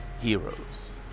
heroes